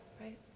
right